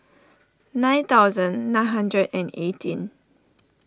nine thousand nine hundred and eighteen